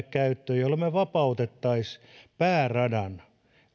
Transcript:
käyttöön jolloin me vapauttaisimme pääradan